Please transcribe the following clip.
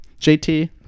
jt